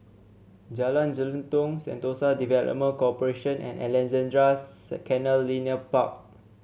Jalan Jelutong Sentosa Development Corporation and Alexandra Canal Linear Park